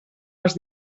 els